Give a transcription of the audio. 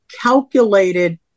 calculated